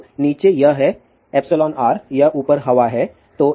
तो नीचे यह है εr यह ऊपर हवा है